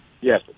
Yes